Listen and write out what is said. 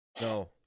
No